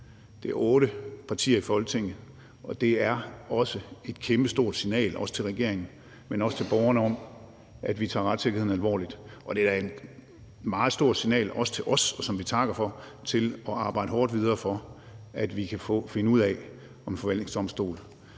Det er otte partier i Folketinget, og det er et kæmpestort signal til regeringen, men også til borgerne, om, at vi tager retssikkerheden alvorligt. Og det er da også et meget stort signal til os – hvilket vi takker for – til at arbejde hårdt videre for, at vi kan finde ud af, om en forvaltningsdomstol